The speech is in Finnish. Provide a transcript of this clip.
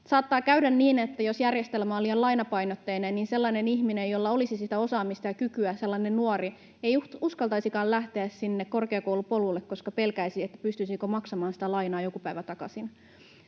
Saattaa käydä niin, että jos järjestelmä on liian lainapainotteinen, niin sellainen ihminen, jolla olisi sitä osaamista ja kykyä, sellainen nuori, ei uskaltaisikaan lähteä sinne korkeakoulupolulle, koska pelkäisi, pystyisikö maksamaan sitä lainaa joku päivä takaisin.